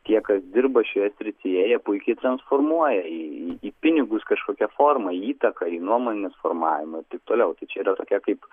tie kas dirba šioje srityje jie puikiai transformuoja į į į pinigus kažkokia formą įtaką į nuomonės formavimą ir taip toliau tai čia yra tokia kaip